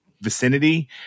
vicinity